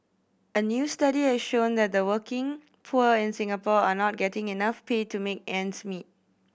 a new study has shown that the working poor in Singapore are not getting enough pay to make ends meet